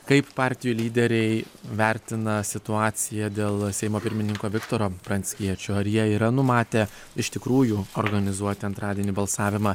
kaip partijų lyderiai vertina situaciją dėl seimo pirmininko viktoro pranckiečio ar jie yra numatę iš tikrųjų organizuoti antradienį balsavimą